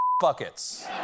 Buckets